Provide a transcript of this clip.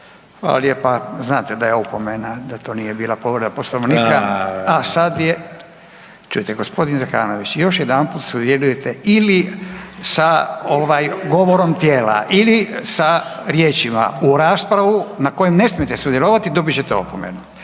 Hvala lijepa. Znate da je opomena, da to nije bila povreda Poslovnika. A sada je …… /Upadica se ne razumije./… Čujte gospodine Zekanović još jedanput sudjelujete ili sa govorom tijela, ili sa riječima u raspravu na kojoj ne smijete sudjelovati dobit ćete opomenu.